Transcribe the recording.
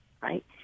right